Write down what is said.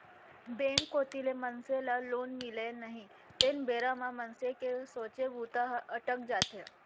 bank कोती ले मनसे ल लोन मिलय नई तेन बेरा म मनसे के सोचे बूता ह अटक जाथे